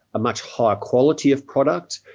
a much higher quality of product,